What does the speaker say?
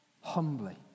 humbly